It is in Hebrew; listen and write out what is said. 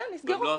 כן, נסגרו.